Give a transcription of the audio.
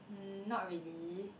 mm not really